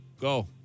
Go